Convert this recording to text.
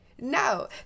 No